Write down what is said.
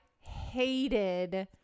hated